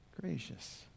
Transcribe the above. Gracious